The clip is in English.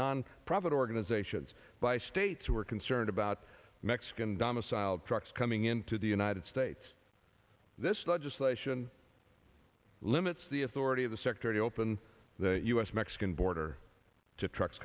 non profit organizations by states who are concerned about mexican domiciled trucks coming into the united states this legislation limits the authority of the sector to open the u s mexican border to trucks